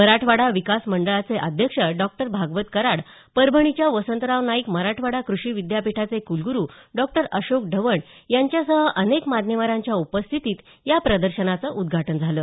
मराठवाडा विकास मंडळाचे अध्यक्ष डॉ भागवत कराड परभणीच्या वसंतराव नाईक मराठवाडा कृषी विद्यापीठाचे कुलगुरू डॉ अशोक ढवण यांच्यासह अनेक मान्यवरांच्या उपस्थितीत या प्रदर्शनाचं उद्घाटन झालं